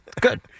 Good